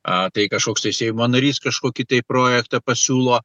a tai kažkoks tai seimo narys kažkokį tai projektą pasiūlo